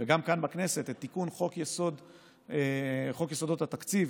וגם כאן בכנסת את תיקון חוק יסודות התקציב,